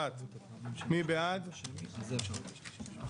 אני פותח את ישיבת ועדת הכנסת,